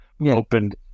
opened